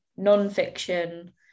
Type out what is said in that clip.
non-fiction